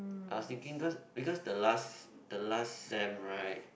I was thinking because because the last the last sem right